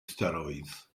steroids